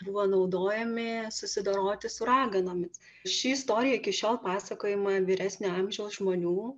buvo naudojami susidoroti su raganomis ši istorija iki šiol pasakojama vyresnio amžiaus žmonių